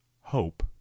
Hope